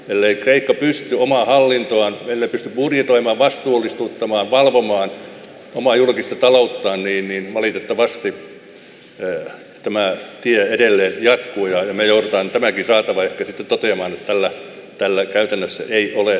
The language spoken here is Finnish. ellei kreikka pysty omaa hallintoaan budjetoimaan vastuullistuttamaan valvomaan omaa julkista ta louttaan niin valitettavasti tämä tie edelleen jatkuu ja me joudumme tästäkin saatavasta ehkä sitten toteamaan että tällä käytännössä ei ole juurikaan arvoa